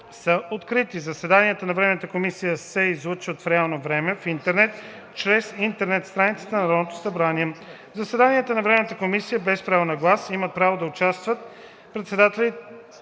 комисия са открити. Заседанията на временната комисия се излъчват в реално време в интернет чрез интернет страницата на Народното събрание. 9. В заседанията на временната комисия без право на глас имат право да участват